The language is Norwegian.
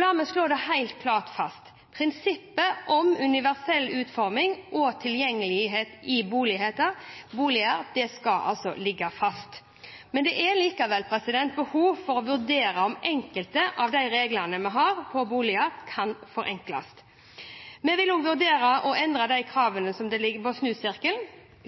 La meg slå det helt klart fast: Prinsippet om universell utforming og tilgjengelighet i boliger skal ligge fast, men det er likevel behov for å vurdere om enkelte av de reglene vi har for boliger, kan forenkles. Vi vil også vurdere å endre kravene til snusirkel